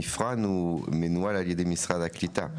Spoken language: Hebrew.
המבחן הוא מנוהל על ידי משרד הקליטה,